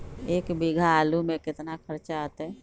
एक बीघा आलू में केतना खर्चा अतै?